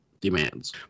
demands